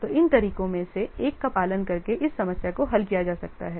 तो इन तरीकों में से एक का पालन करके इस समस्या को हल किया जा सकता है